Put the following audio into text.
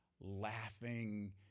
laughing